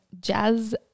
jazz